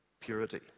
purity